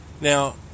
Now